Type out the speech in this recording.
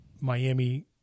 Miami